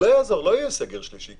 לא יהיה סגר שלישי,